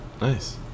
Nice